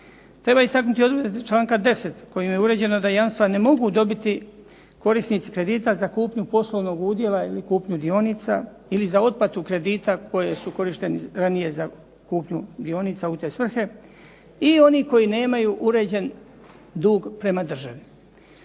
Treba istaknuti odredbe članka 10. kojim je uređeno da jamstva ne mogu dobiti korisnici kredita za kupnju poslovnog udjela ili kupnju dionica ili za otplatu kredita koji su korišteni ranije za kupnju dionica u te svrhe i oni koji nemaju uređen dug prema državi.